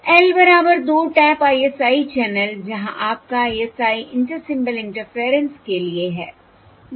L बराबर 2 tap ISI channel जहां आपका ISI इंटर सिंबल इंटरफेरेंस के लिए है